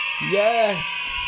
Yes